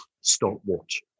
stopwatch